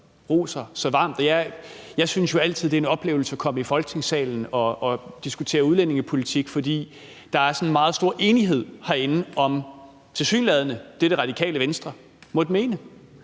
Jeg synes altid, det er en oplevelse at komme i Folketingssalen og diskutere udlændingepolitik, for der er tilsyneladende sådan en meget stor enighed herinde om det, Radikale Venstre måtte mene.